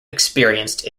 experienced